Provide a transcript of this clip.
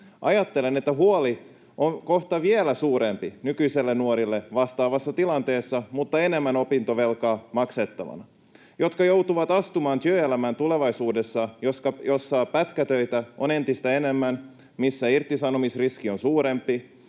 Ajattelen, että huoli on kohta vielä suurempi nykyisillä nuorilla vastaavassa tilanteessa, mutta enemmän opintovelkaa maksettavana. Nuoret joutuvat astumaan työelämän tulevaisuudessa, jossa on entistä enemmän pätkätöitä, missä irtisanomisriski on suurempi,